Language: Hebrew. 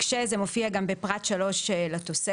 כשזה מופיע גם בפרט 3 לתוספת,